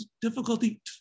difficulty